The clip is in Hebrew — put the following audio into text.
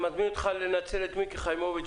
אני מזמין אותך לנצל את מיקי חיימוביץ'